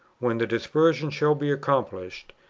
when the dispersion shall be accomplished,